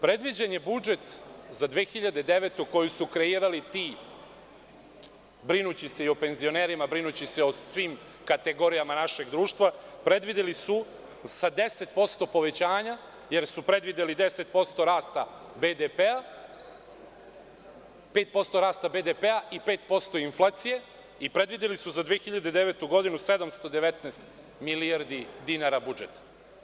Predviđen je budžet za 2009. koji su kreirali ti brinući se o penzionerima, brinući se o svim kategorijama našeg društva, predvideli su sa 10% povećanja, jer su predvideli 10% rasta BDP, 5% rasta BDP i 5% inflacije i za 2009. godinu su predvideli 719 milijardi dinara budžet.